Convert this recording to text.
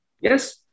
Yes